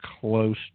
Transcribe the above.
close